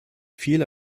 viel